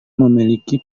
memiliki